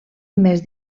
més